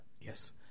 Yes